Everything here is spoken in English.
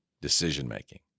decision-making